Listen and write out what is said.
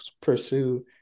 pursue